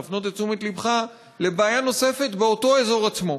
להפנות את תשומת לבך לבעיה נוספת באותו אזור עצמו,